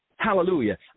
Hallelujah